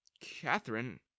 Catherine